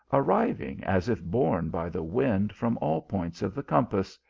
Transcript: arriving as. if borne by the wind from all points of the compass,